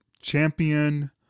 champion